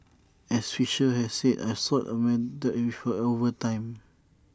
as Fisher had said I've sort of melded with her over time